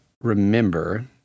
remember